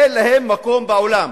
אין להם מקום בעולם.